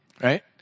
Right